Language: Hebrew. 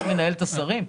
אני מנהל את השרים?